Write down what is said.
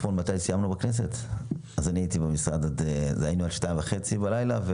אתמול היינו בכנסת עד השעה שתיים וחצי בלילה.